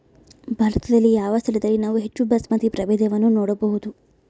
ಭಾರತದಲ್ಲಿ ಯಾವ ಸ್ಥಳದಲ್ಲಿ ನಾವು ಹೆಚ್ಚು ಬಾಸ್ಮತಿ ಪ್ರಭೇದವನ್ನು ನೋಡಬಹುದು?